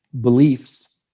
beliefs